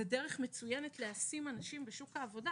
זאת דרך מצוינת להשים אנשים בשוק העבודה.